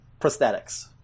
prosthetics